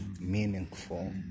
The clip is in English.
meaningful